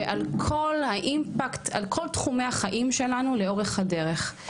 ועל כל האימפקט על כל תחומי החיים שלנו לאורך הדרך.